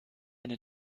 eine